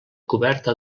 coberta